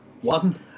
One